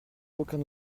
aucun